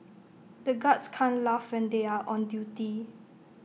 the guards can't laugh when they are on duty